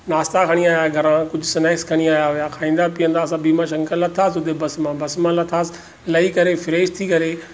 नास्ता खणी आयां घरां कुछ स्नैक्स खणी आयां हुआ खाईंदा पीअंदा असां भीमा शंकर लथासीं हुते बस मां बस मां लथासीं लही करे फ्रेश थी करे